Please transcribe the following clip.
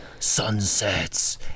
sunsets